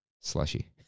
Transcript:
Slushy